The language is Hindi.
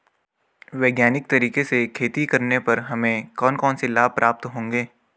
वैज्ञानिक तरीके से खेती करने पर हमें कौन कौन से लाभ प्राप्त होंगे?